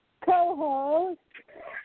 co-host